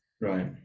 Right